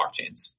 blockchains